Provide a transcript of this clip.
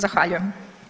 Zahvaljujem.